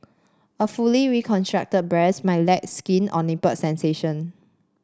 a fully reconstructed breast might lack skin or nipple sensation